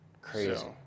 Crazy